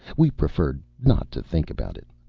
we preferred not to think about it.